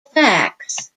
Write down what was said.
facts